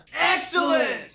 Excellent